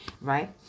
right